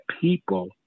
people